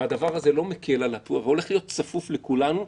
והדבר הזה לא מקל, והולך להיות צפוף לכולנו.